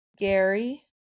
Gary